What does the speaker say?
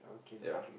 ya